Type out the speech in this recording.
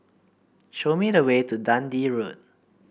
show me the way to Dundee Road